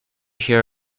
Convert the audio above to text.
hear